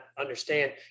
understand